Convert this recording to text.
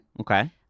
Okay